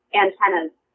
antennas